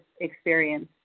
experience